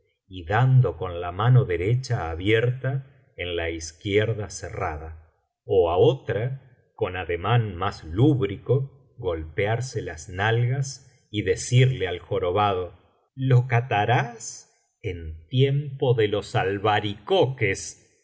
y dando con la mano derecha abierta en la izquierda cerrada ó á otra con ademán más lúbrico golpearse las nalgas y decirle al jorobado lo catarás en tiempo de los albaricoques